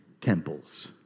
temples